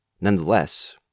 Nonetheless